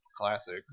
Classic